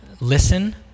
listen